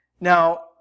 Now